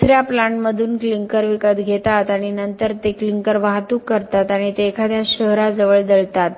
ते दुसऱ्या प्लांटमधून क्लिंकर विकत घेतात आणि नंतर ते क्लिंकर वाहतूक करतात आणि ते एखाद्या शहराजवळ दळतात